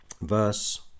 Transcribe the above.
Verse